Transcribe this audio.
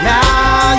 Now